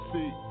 See